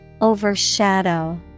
Overshadow